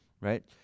right